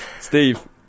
Steve